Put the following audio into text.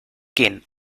gehen